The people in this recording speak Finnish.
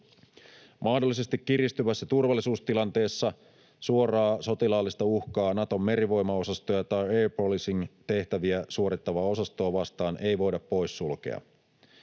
Mahdollisesti kiristyvässä turvallisuustilanteessa suoraa sotilaallista uhkaa Naton merivoimaosastoja tai air policing -tehtäviä suorittavaa osastoa vastaan ei voida poissulkea.